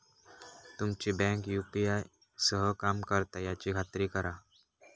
तुमची bank UPI सह काम करता याची खात्री करा